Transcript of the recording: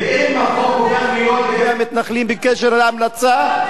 ואם החוק הופך להיות בידי המתנחלים בגדר המלצה,